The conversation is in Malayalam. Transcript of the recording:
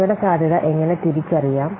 അപകടസാധ്യത എങ്ങനെ തിരിച്ചറിയാം